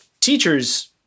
teachers